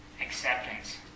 acceptance